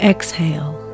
Exhale